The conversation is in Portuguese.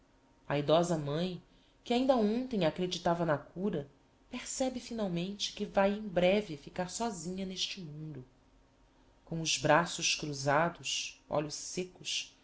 a edosa mãe que ainda hontem acreditava na cura percebe finalmente que vae em breve ficar sósinha n'este mundo com os braços cruzados olhos sêcos